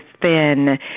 thin